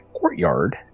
courtyard